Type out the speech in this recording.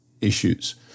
issues